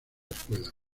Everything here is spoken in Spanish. escuela